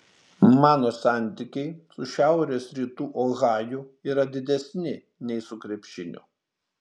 mano santykiai su šiaurės rytų ohaju yra didesni nei su krepšiniu